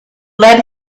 lead